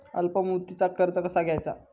अल्प मुदतीचा कर्ज कसा घ्यायचा?